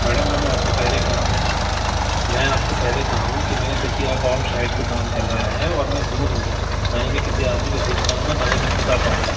madam मैंने आप से पहले कहा मैं आप से पहले कहा हूँ कि मेरा किसी और और साइट पर काम चल रहा है और मैं दूर हूँ ना ही मैं किसी आदमी को भेज पाऊँगा ना ही मैं ख़ुद आ पाऊँगा